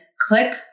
click